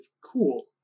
cool